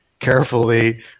carefully